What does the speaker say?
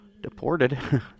Deported